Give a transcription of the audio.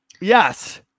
yes